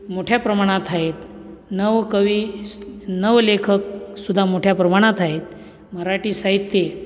मोठ्या प्रमाणात आहेत नवकवी नवलेखक सुद्धा मोठ्या प्रमाणात आहेत मराठी साहित्यही